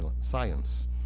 science